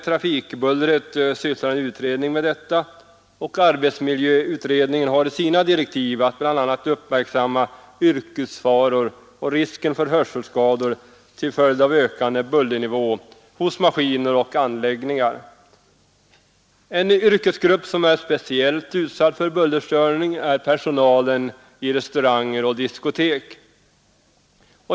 Trafikbullret sysslar en utredning med, och arbetsmiljöutredningen har enligt sina direktiv att bl.a. uppmärksamma yrkesfaror och risken för hörselskador till följd av ökande bullernivå hos maskiner och anläggningar. En yrkesgrupp som är speciellt utsatt för bullerstörning är personalen i restauranger och diskotek.